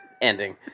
Ending